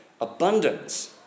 abundance